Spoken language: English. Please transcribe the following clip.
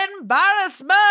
embarrassment